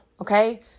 okay